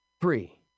Three